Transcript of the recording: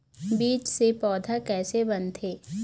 बीज से पौधा कैसे बनथे?